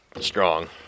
strong